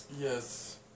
Yes